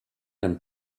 and